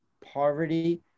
poverty